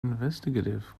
investigative